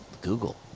Google